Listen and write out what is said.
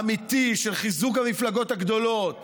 אמיתי, של חיזוק המפלגות הגדולות